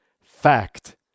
fact